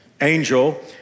angel